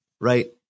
right